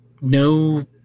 no